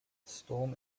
storm